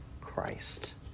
Christ